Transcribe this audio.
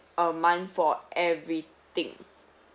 a month for everything